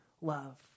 love